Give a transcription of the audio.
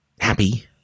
happy